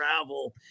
travel